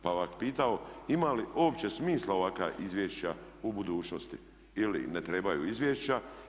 Pa bi vas pitao ima li uopće smisla ovakva izvješća u budućnosti ili ne trebaju izvješća?